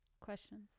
questions